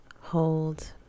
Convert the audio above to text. Hold